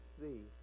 see